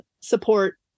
support